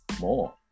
more